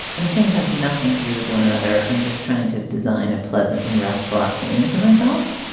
and the things have nothing to do with one another. i'm just trying to design a pleasant and restful afternoon for myself.